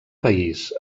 país